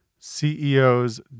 CEO's